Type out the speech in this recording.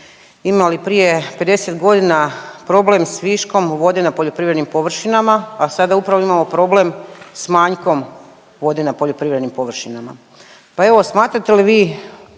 imali prije 50 godina problem sa viškom vode na poljoprivrednim površinama, a sada upravo imamo problem sa manjkom vode na poljoprivrednim površinama. Pa evo, smatrate li vi